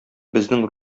безнең